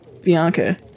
Bianca